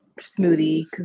smoothie